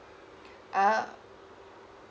uh